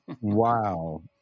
Wow